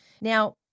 Now